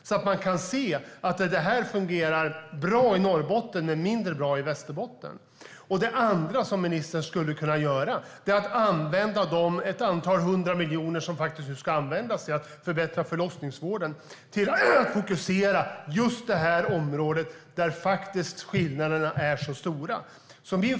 Då kan man se vad som fungerar bra i Norrbotten men mindre bra i Västerbotten. Vidare skulle ministern kunna använda ett antal hundra miljoner, som faktiskt ska användas till att förbättra förlossningsvården, till att fokusera på de områden där skillnaderna är så stora.